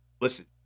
listen